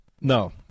No